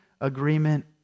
agreement